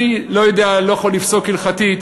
אני לא יודע, לא יכול לפסוק הלכתית,